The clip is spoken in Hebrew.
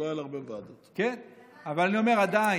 היא אז כעסה